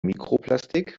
mikroplastik